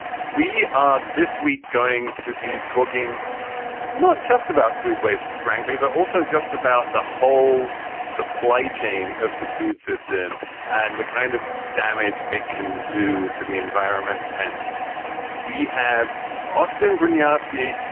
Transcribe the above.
we are this week going to be talking not just about food waste, frankly, but also just about the whole supply chain of the food system and the kind of damage it can do to the environment. and we have austen bronowski,